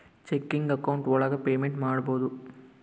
checking account ಒಳಗ payment ಮಾಡ್ಬೋದು